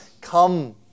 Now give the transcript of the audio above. Come